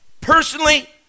Personally